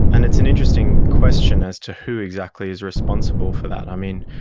and it's an interesting question as to who exactly is responsible for that. i mean,